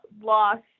lost